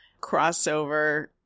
crossover